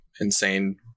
insane